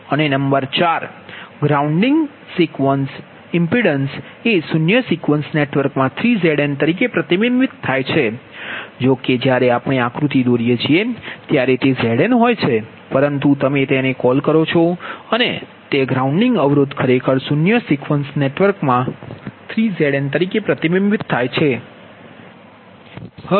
અને number 4 grounding impedance એ શૂન્ય સિક્વન્સ નેટવર્કમાં 3 Zn તરીકે પ્રતિબિંબિત થાય છે જોકે જ્યારે આપણે આકૃતિ દોરીએ છીએ ત્યારે તે Zn હોય છે પરંતુ તમે જેને કોલ કરો છો તે ગ્રાઉન્ડિંગ અવરોધ ખરેખર શૂન્ય સિક્વન્સ નેટવર્કમાં 3 Zn તરીકે પ્રતિબિંબિત થાય છે